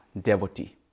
devotee